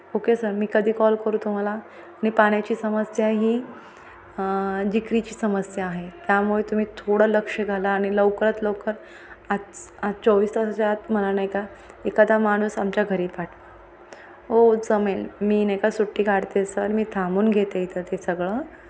okay sir मी कधी call करू तुम्हाला नाही पाण्याची समस्या ही जिकिरीची समस्या आहे त्यामुळे तुम्ही थोडं लक्ष घाला आणि लवकरात लवकर आज आज चोवीस तासाच्या आत मला नाही का एखादा माणूस आमच्या घरी पाठवा ओ जमेल मी नाही का सुट्टी काढते सर मी थांबून घेते इथं ते सगळं